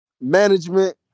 Management